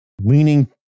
leaning